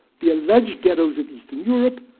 the alleged ghettos of eastern europe,